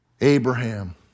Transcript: Abraham